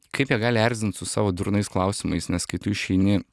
kaip jie gali erzint su savo durnais klausimais nes kai tu išeini